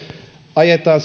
ajetaan